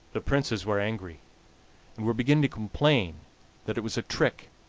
the princes were angry, and were beginning to complain that it was a trick,